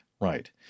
Right